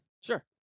Sure